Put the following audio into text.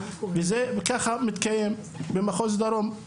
וככה זה מתקיים במחוז דרום.